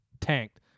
tanked